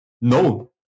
No